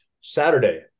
Saturday